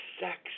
sex